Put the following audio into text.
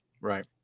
Right